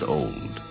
old